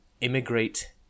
immigrate